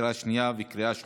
לקריאה שנייה וקריאה שלישית.